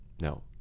No